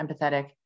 empathetic